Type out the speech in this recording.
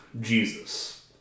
Jesus